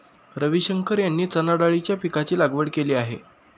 रविशंकर यांनी चणाडाळीच्या पीकाची लागवड केली आहे